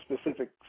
specific